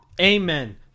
Amen